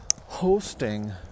hosting